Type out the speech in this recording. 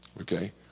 Okay